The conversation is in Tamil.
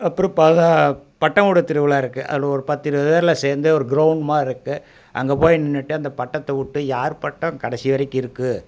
அப்புறம் பல பட்டம் விடுற திருவிழா இருக்குது அதில் ஒரு பத்து இருபது பேரெலாம் சேர்ந்து ஒரு கிரவுண்டு மாதிரிருக்கும் அங்கே போய் நின்றுட்டு அந்த பட்டத்தை விட்டு யார் பட்டம் கடைசி வரைக்கும் இருக்குது